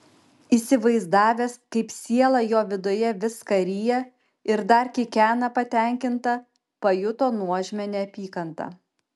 įsivaizdavęs kaip siela jo viduje viską ryja ir dar kikena patenkinta pajuto nuožmią neapykantą